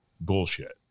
bullshit